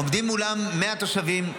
ועומדים מולם 100 תושבים,